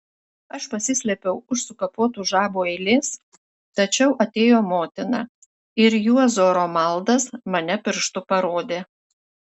aš pasislėpiau už sukapotų žabų eilės tačiau atėjo motina ir juozo romaldas mane pirštu parodė